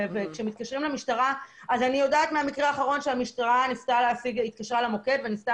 מהמקרה האחרון אני יודעת שהמשטרה התקשרה למוקד וניסתה